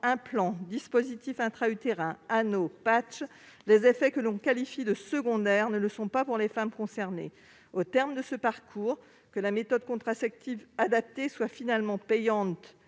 implant, dispositif intra-utérin, anneau, patch ... Les effets que l'on qualifie de secondaires ne le sont pas pour les femmes concernées. Au terme de ce parcours, le fait que la méthode contraceptive adaptée soit finalement payante-